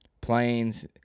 Planes